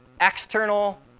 external